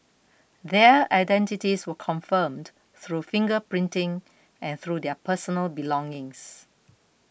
their identities were confirmed through finger printing and through their personal belongings